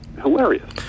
hilarious